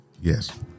Yes